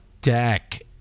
deck